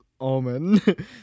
almond